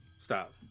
Stop